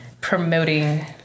promoting